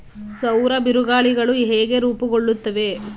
ಸೌರ ಬಿರುಗಾಳಿಗಳು ಹೇಗೆ ರೂಪುಗೊಳ್ಳುತ್ತವೆ?